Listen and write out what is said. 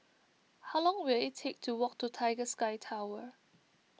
how long will it take to walk to Tiger Sky Tower